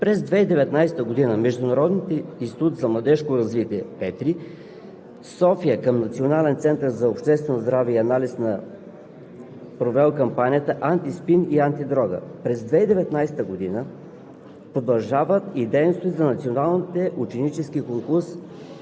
В изпълнение на Оперативна цел „Повишаване на сексуалната култура на младите хора“ от Националната стратегия за младежта 2010 – 2020, през 2019 г. Международният институт за младежко развитие PETRI – София към Националния център по обществено здраве и анализи